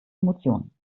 emotionen